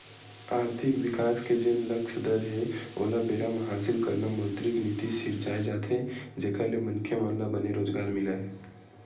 आरथिक बिकास के जेन लक्छ दर हे ओला बेरा म हासिल करना मौद्रिक नीति सिरजाये जाथे जेखर ले मनखे मन ल बने रोजगार मिलय